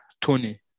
Tony